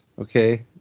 Okay